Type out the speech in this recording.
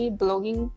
blogging